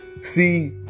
See